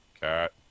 cat